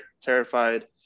terrified